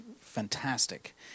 fantastic